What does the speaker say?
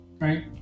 right